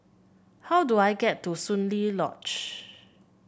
how do I get to Soon Lee Lodge